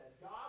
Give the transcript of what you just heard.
God